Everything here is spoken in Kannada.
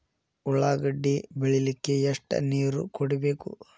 ಉಳ್ಳಾಗಡ್ಡಿ ಬೆಳಿಲಿಕ್ಕೆ ಎಷ್ಟು ನೇರ ಕೊಡಬೇಕು?